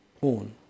porn